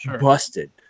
busted